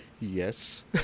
yes